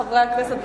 חברי הכנסת,